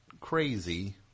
crazy